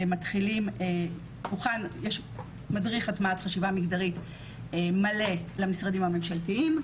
יש מדריך הטמעת חשיבה מגדרית מלא למשרדים הממשלתיים,